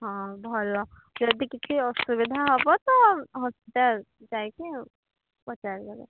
ହଁ ଭଲ ଯଦି କିଛି ଅସୁବିଧା ହେବ ତ ହସ୍ପିଟାଲ ଯାଇକି ପଚାରିଦେବେ